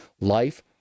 life